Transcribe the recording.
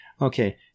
Okay